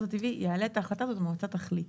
הטבעי יעלה את ההחלטה הזאת והמועצה תחליט.